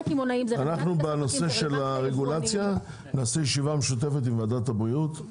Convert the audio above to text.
בנושא הרגולציה נעשה ישיבה משותפת של ועדת הבריאות.